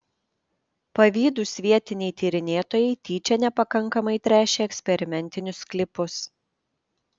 pavydūs vietiniai tyrinėtojai tyčia nepakankamai tręšė eksperimentinius sklypus